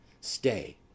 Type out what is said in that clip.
stay